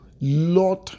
Lord